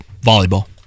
volleyball